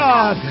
God